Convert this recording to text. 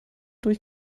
durch